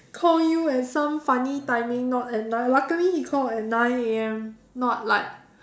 call you at some funny timing not at nine luckily he called at nine A_M not like